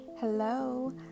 hello